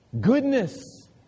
Goodness